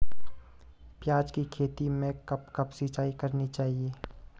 प्याज़ की खेती में कब कब सिंचाई करनी चाहिये?